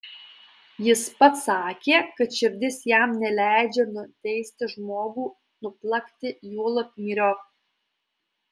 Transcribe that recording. jis pats sakė kad širdis jam neleidžia nuteisti žmogų nuplakti juolab myriop